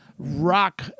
Rock